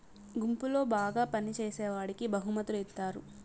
గుంపులో బాగా పని చేసేవాడికి బహుమతులు ఇత్తారు